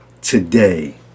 today